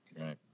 Right